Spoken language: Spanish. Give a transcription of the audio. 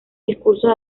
discursos